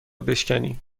بشکنی